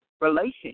relationship